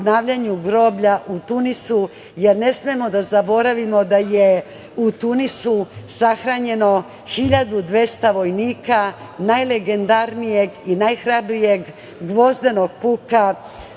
na obnavljanju groblja u Tunisu, jer ne smemo da zaboravimo da je u Tunisu sahranjeno 1.200 vojnika najlegendarnijeg i najhrabrijeg „Gvozdenog puka“,